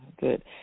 good